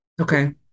okay